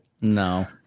no